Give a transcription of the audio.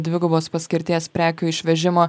dvigubos paskirties prekių išvežimo